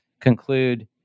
conclude